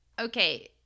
Okay